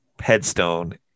headstone